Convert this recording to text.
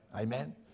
Amen